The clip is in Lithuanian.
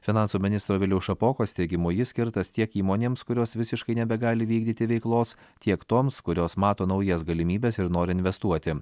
finansų ministro viliaus šapokos teigimu jis skirtas tiek įmonėms kurios visiškai nebegali vykdyti veiklos tiek toms kurios mato naujas galimybes ir nori investuoti